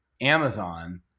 Amazon